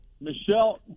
Michelle